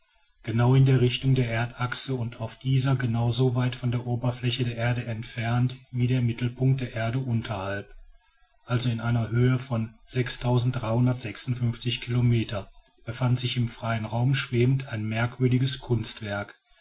genau in der richtung der erdachse und auf dieser genau so weit von der oberfläche der erde entfernt wie der mittelpunkt der erde unterhalb also in einer höhe von kilometer befand sich frei im raume schwebend ein merkwürdiges kunstwerk